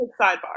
sidebar